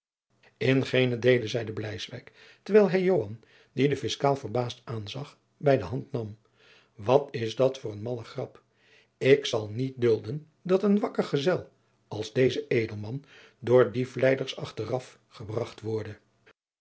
in geenen deele zeide bleiswyk terwijl hij joan die den fiscaal verbaasd aanzag bij de hand nam wat is dat voor een malle grap ik zal niet dulden dat een wakker gezel als deze edelman door diefleiders achteraf gebracht worde